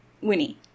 Winnie